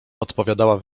odpowiadała